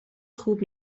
خوب